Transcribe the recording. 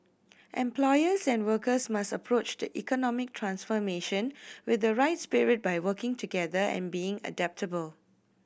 employers and workers must approach the economic transformation with the right spirit by working together and being adaptable